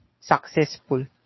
successful